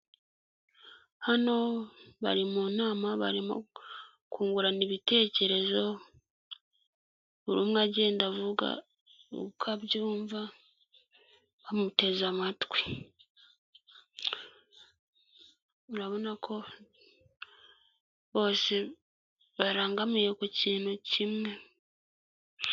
Famili inshuwarensi, iyi ngiyi ni ubwishingizi bw'umuryango wawe ku bihereranye n'indwara, amashuri ndetse n'ibindi bitandukanye, urugero amazu nk'imirima n'ibindi.